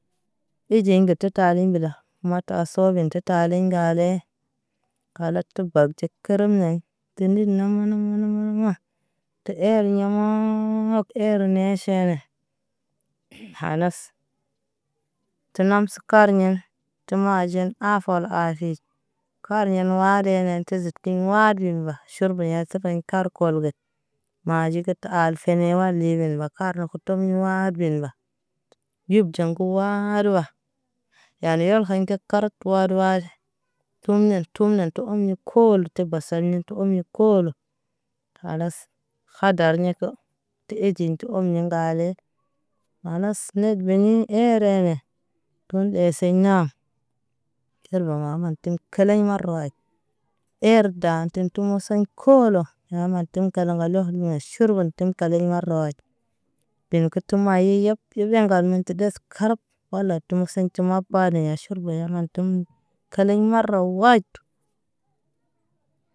Urɟen butu talen mbəla mata sɔɔ bəntə talɛn ŋgalɛ. Kalas tu barɟɛt kərən nɛn ti nir na mana mana mana tu ɛr ɲaa wa̰a̰ kə ɛr nɛ ʃalɛ. ’uhum kalas tu namsə karɲɛn tu majin afɔl aziz. Karɲɛn wadɛn nɛn ti zit tin wadin mba ʃurbɛɲɛ sefɛn kar kɔl bɛt. Maji kə taal fɛn ye wa libɛn mbakə arən kuton war bel mba tə yub ɟɛŋgo wari wa. Yalɛ wal kanɟə ndir kaaraat kə wadə wadə. Tum nɛn tum nɛn tu omnɛ kool ti basar ti tu omnɛ koolən. Kalas hadar ɲɛ ko ti eɟin tu umnɛ ŋgalɛ. Kalas nɛr beɲɛ ɛrɛ mɛ ŋgon ree se ɲaa. Gir dɔ ŋga man tən kelɛŋ marmay ɛr daan tin moson koolo ya man tən kalaŋ alɔk miɲa ʃurban kaleŋ maramay. Bin kə tum ya yipə i bɛn ŋgal min ti desə karapə. Walɛ tum kə sɛm ti mapə badɛn ye ʃurba ɲan jɔr tum kaleŋ marawat.